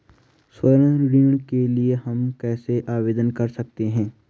स्वर्ण ऋण के लिए हम कैसे आवेदन कर सकते हैं?